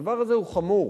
הדבר הזה הוא חמור,